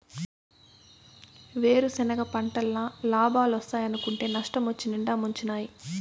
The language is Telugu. వేరుసెనగ పంటల్ల లాబాలోస్తాయనుకుంటే నష్టమొచ్చి నిండా ముంచినాయి